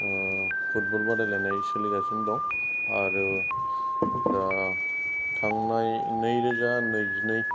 football बादायलायनाय सोलिगासिनो दं आरो दा थांनाय नैरोजा नैजिनै